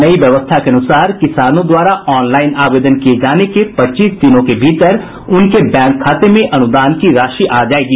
नई व्यवस्था के अनुसार किसानों द्वारा ऑनलाइन आवेदन किये जाने के पच्चीस दिनों के भीतर उनके बैंक खाते में अनुदान की राशि आ जायेगी